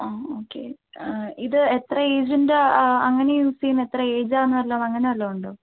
അ okay ഇത് എത്ര ഏജിൻ്റെ അങ്ങനെ യൂസ് ചെയ്യുന്നത് എത്ര ഏജാണെന്ന് വല്ലതും അങ്ങനെ വല്ലതുമുണ്ടോ